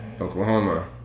Oklahoma